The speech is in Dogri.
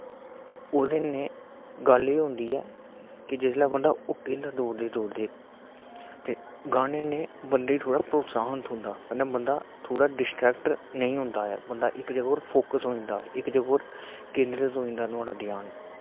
ओह्दे नै गल्ल एह् होंदी ऐ कि जिसलै बंदा हुट्टी जंदा दौड़दे दौड़दे तो गाने नै बंदे थोह्ड़ा प्रोत्साहन थ्होंदा कन्नै बंदा थोह्ड़ा डिस्टरैकट नेईं होंदा बंदा इक जगह पर फोक्स होई जंदा इक जगह पर केन्द्रत होई जंदा ओह्दा ध्यान